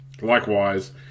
Likewise